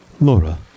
Laura